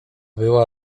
była